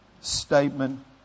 statement